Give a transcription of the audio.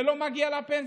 לא מגיעה לה פנסיה.